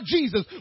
Jesus